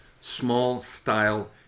small-style